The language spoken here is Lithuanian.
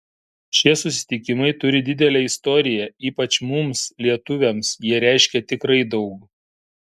šie susitikimai turi didelę istoriją ypač mums lietuviams jie reiškia tikrai daug